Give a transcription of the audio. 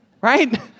right